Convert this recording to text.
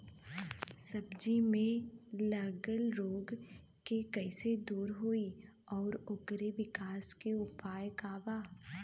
सब्जी में लगल रोग के कइसे दूर होयी और ओकरे विकास के उपाय का बा?